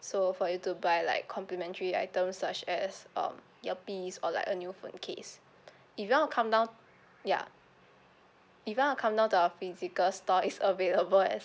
so for you to buy like complimentary items such as um earpiece or like a new phone case if you want to come down ya if you want to come down the physical store is available as